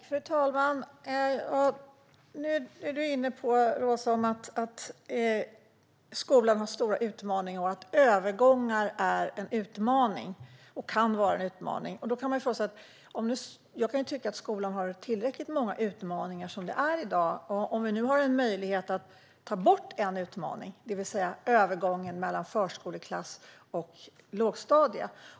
Fru talman! Roza var inne på att skolan har stora utmaningar och att övergångar kan vara en sådan utmaning. Jag kan tycka att skolan har tillräckligt många utmaningar som det är i dag. Nu har vi en möjlighet att ta bort en utmaning, det vill säga övergången mellan förskoleklass och lågstadiet.